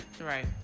Right